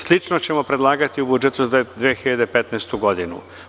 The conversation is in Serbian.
Slično ćemo predlagati i u budžetu za 2015. godinu.